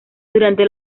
durante